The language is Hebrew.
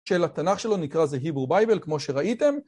של התנ״ך שלו, נקרא זה Hebrew Bible, כמו שראיתם.